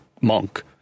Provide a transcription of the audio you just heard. monk